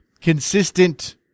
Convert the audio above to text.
consistent